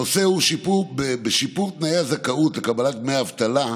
הנושא הוא שיפור בתנאי הזכאות לקבלת דמי אבטלה.